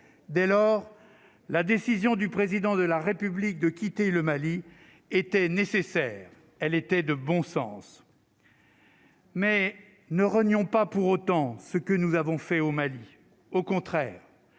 dès lors, la décision du président de la République de quitter le Mali était nécessaire, elles étaient de bon sens. Mais ne revenions pas pour autant ce que nous avons fait au Mali, au contraire,